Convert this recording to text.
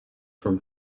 from